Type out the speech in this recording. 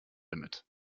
limit